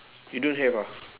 you don't have ah